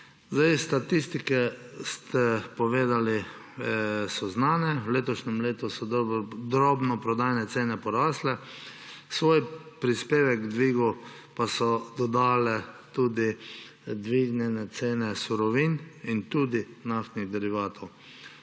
Statistike ste povedali, so znane. V letošnjem letu so drobnoprodajne cene porasle. Svoj prispevek k dvigu pa so dodale tudi dvignjene cene surovin in naftnih derivatov.